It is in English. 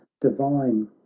divine